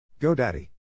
GoDaddy